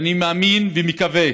אני מאמין ומקווה